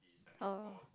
oh